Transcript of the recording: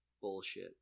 Bullshit